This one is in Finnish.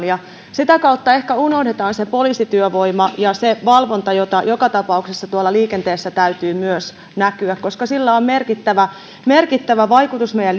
ja sitä kautta ehkä unohdetaan poliisityövoima ja valvonta jota joka tapauksessa tuolla liikenteessä täytyy myös näkyä koska sillä on merkittävä merkittävä vaikutus meidän